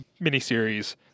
miniseries